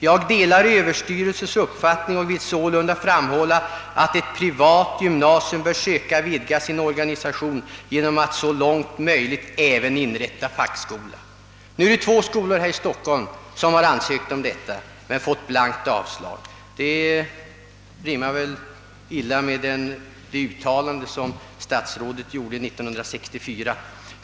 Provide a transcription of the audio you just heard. Jag delar överstyrelsens uppfattning och vill sålunda framhålla att ett privat gymnasium bör söka vidga sin organisation genom att så långt möjligt äver inrätta fackskola.» Nu är det två skolor här i Stockholm som har ansökt om tillsånd att inrätta fackskola men fått avslag. Det rimmar väl illa med det uttalande som statsrådet gjorde 1964?